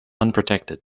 unprotected